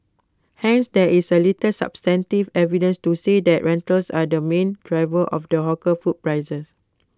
hence there is A little substantive evidence to say that rentals are the main driver of the hawker food prices